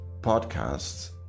podcasts